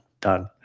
done